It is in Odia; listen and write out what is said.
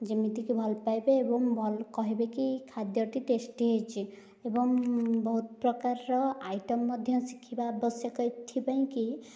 ଯେମିତିକି ଭଲପାଇବେ ଏବଂ ଭଲ୍ କହିବେକି ଖାଦ୍ୟଟି ଟେଷ୍ଟି ହୋଇଛି ଏବଂ ବହୁତ ପ୍ରକାରର ଆଇଟମ୍ ମଧ୍ୟ ଶିଖିବା ଆବଶ୍ୟକ ଏଥିପାଇଁକି